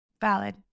Valid